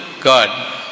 God